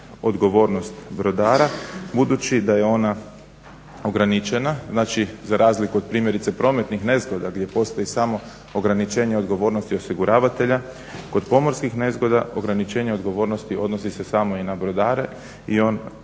odgovornost brodara budući da je ona ograničena, znači za razliku od primjerice prometnih nezgoda, gdje postoji samo ograničenje odgovornosti osiguravatelja, kod pomorskih nezgoda ograničenja odgovornosti odnosi se samo i na brodare, odnosi